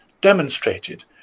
demonstrated